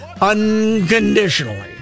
unconditionally